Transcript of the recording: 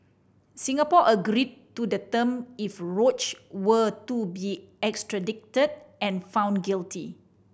Singapore agreed to the term if Roach were to be extradited and found guilty